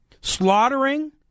Slaughtering